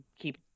keep